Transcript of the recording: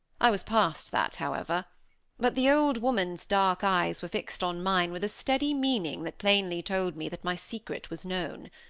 i was past that, however but the old woman's dark eyes were fixed on mine with a steady meaning that plainly told me that my secret was known.